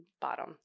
bottom